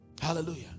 hallelujah